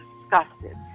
disgusted